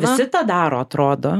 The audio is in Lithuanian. visi tą daro atrodo